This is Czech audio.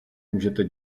můžete